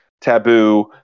taboo